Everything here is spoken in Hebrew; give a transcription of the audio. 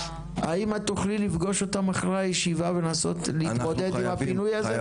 האם את תוכלי לפגוש אותם אחרי הישיבה ולהתמודד עם הפינוי הזה?